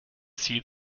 see